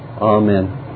Amen